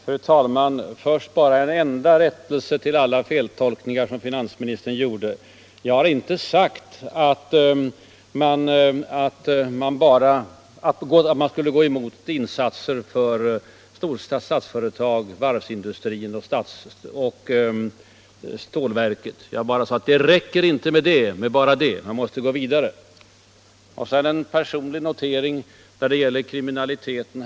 Fru talman! Först bara en enda rättelse till alla feltolkningar som herr finansministern gjorde. Jag förklarade i mitt anförande, att det inte räckte med enbart satsningar i Statsföretag AB, varvsindustrin och Stålverk 80. Det krävdes betydligt mera för att lösa våra problem. Så en personlig reflexion i fråga om kriminaliteten.